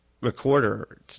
recorder